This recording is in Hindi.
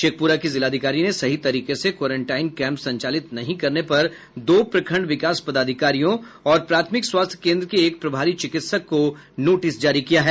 शेखपुरा की जिलाधिकारी ने सही तरीके से क्वारेनटाइन कैंप संचालित नहीं करने पर दो प्रखंड विकास पदाधिकारियों और प्राथमिक स्वास्थ्य कोन्द्र के एक प्रभारी चिकित्सक को नोटिस जारी किया है